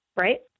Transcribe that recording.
right